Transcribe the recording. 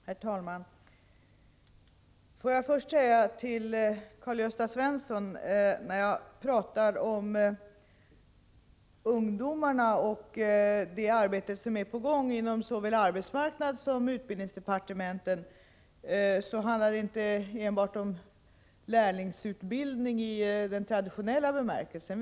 Herr talman! Får jag först säga till Karl-Gösta Svenson, att när jag talar om ungdomarna och det arbete som är på gång inom såväl arbetsmarknadssom utbildningsdepartementet, handlar det inte enbart om lärlingsutbildning i den traditionella bemärkelsen.